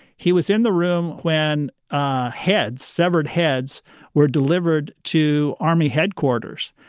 he was in the room when ah heads severed heads were delivered to army headquarters.